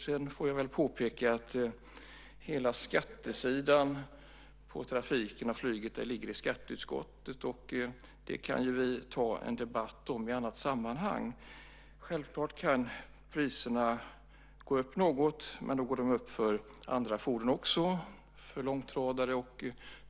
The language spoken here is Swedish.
Sedan får jag väl påpeka att hela skattesidan när det gäller trafiken och flyget ligger i skatteutskottet, och det kan ju vi ta en debatt om i annat sammanhang. Självklart kan priserna gå upp något, men då går de upp för andra fordon också, som långtradare.